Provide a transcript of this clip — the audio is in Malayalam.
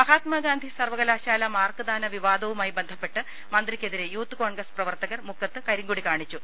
മഹാത്മഗാന്ധി സർവകലാശാല മാർക്ക് ദാന വിവാദവുമായി ബന്ധപ്പെട്ട് മന്ത്രിക്കെതിരെ യൂത്ത് കോൺഗ്രസ് പ്രവർത്തകർ മുക്കത്ത് കരിങ്കൊടി കാണി ച്ചു